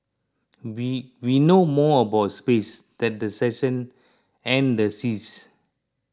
we we know more about space than the seasons and the seas